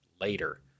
later